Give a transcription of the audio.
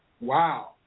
Wow